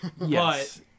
yes